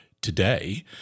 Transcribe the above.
today